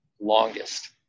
longest